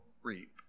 reap